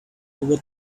over